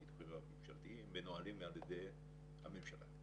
הביטוחים הממשלתיים מנוהלים על ידי הממשלה,